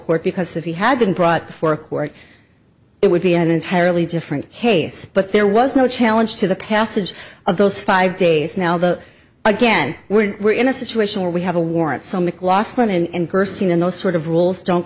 court because if he had been brought before a court it would be an entirely different case but there was no challenge to the passage of those five days now the again we're we're in a situation where we have a warrant so mclachlan and gerstein and those sort of rules don't